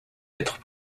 être